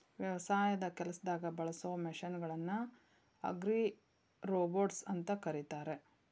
ವ್ಯವಸಾಯದ ಕೆಲಸದಾಗ ಬಳಸೋ ಮಷೇನ್ ಗಳನ್ನ ಅಗ್ರಿರೋಬೊಟ್ಸ್ ಅಂತ ಕರೇತಾರ